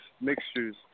mixtures